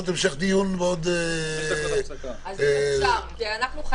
הנושא הזה חשוב